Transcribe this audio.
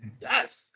Yes